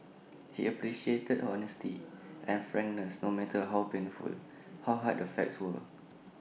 he appreciated honesty and frankness no matter how painful how hard the facts were